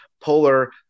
polar